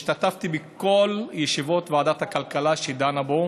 השתתפתי בכל ישיבות ועדת הכלכלה שדנה בו,